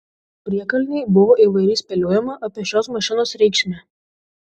priekalnėj buvo įvairiai spėliojama apie šios mašinos reikšmę